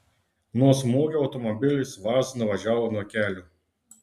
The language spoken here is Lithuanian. nuo smūgio automobilis vaz nuvažiavo nuo kelio